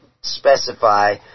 specify